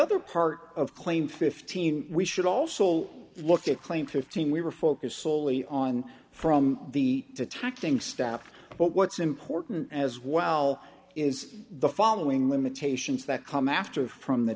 other part of claim fifty we should also look at claim fifteen we were focused solely on from the detecting step but what's important as well is the following limitations that come after from the